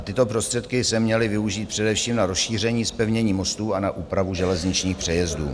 Tyto prostředky se měly využít především na rozšíření a zpevnění mostů a na úpravu železničních přejezdů.